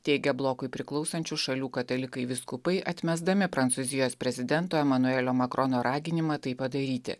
teigia blokui priklausančių šalių katalikai vyskupai atmesdami prancūzijos prezidento emanuelio makrono raginimą tai padaryti